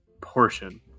portion